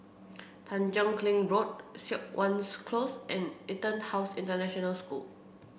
Tanjong Kling Road Siok Close and EtonHouse International School